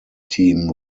team